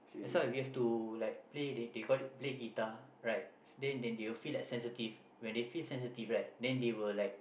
that's why we have to like play the they call it play guitar right then they will feel like sensitive when they feel sensitive right then they will like